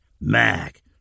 Mac